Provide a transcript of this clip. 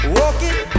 walking